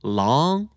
long